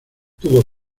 tuvo